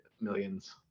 millions